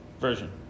version